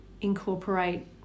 incorporate